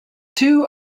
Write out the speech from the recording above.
two